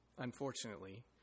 unfortunately